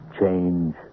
change